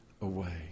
away